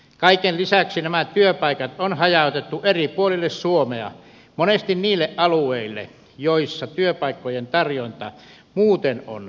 kaiken lisäksi nämä työpaikat on hajautettu eri puolille suomea monesti niille alueille missä työpaikkojen tarjonta muuten on niukkaa